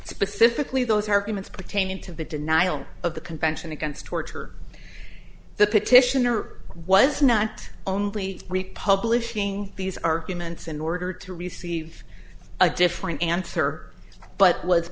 specifically those arguments pertaining to the denial of the convention against torture the petitioner was not only republican these arguments in order to receive a different answer but w